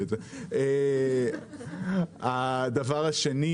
הדבר השני,